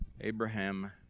Abraham